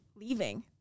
leaving